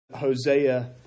Hosea